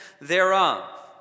thereof